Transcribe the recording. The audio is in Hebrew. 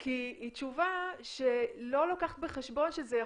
כי אני לא מבינה כלום.